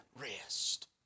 rest